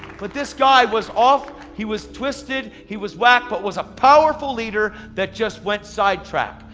but this guy was off, he was twisted, he was wack, but was a powerful leader that just went sidetracked.